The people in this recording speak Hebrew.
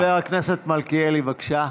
חבר הכנסת מלכיאלי, בבקשה.